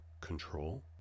control